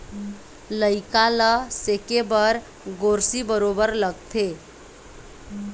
लइका ल सेके बर गोरसी बरोबर लगथे